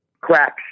cracks